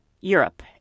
Europe